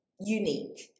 unique